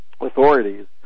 authorities